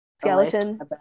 skeleton